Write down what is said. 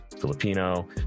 Filipino